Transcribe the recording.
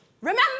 remember